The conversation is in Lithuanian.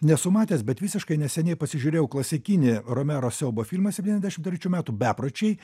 nesu matęs bet visiškai neseniai pasižiūrėjau klasikinį romero siaubo filmą septyniasdešim trečių metų bepročiai